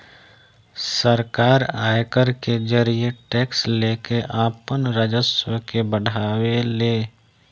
सरकार आयकर के जरिए टैक्स लेके आपन राजस्व के बढ़ावे ले